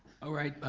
alright,